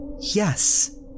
Yes